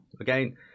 again